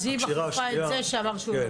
-- ואז היא מחליפה את זה שאמר שהוא לא בא.